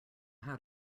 how